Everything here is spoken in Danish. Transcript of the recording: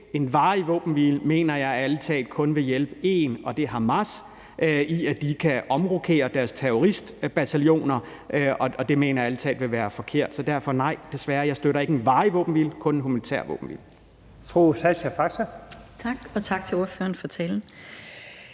En varig våbenhvile mener jeg ærlig talt kun vil hjælpe én part, og det er Hamas, i forhold til at de kan omrokere deres terroristbataljoner, og det mener jeg ærlig talt vil være forkert. Så derfor nej, desværre, jeg støtter ikke en varig våbenhvile, kun en humanitær våbenhvile.